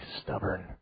stubborn